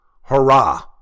hurrah